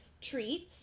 treats